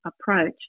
approach